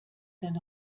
sein